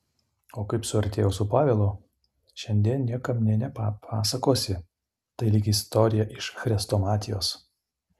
o kaip suartėjau su pavelu šiandien niekam nė nepapasakosi tai lyg istorija iš chrestomatijos